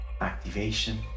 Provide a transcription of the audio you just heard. activation